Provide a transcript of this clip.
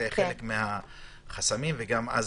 זה חלק מהחסמים, וגם אז